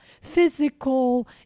physical